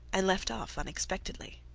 and left off unexpectedly.